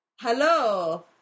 hello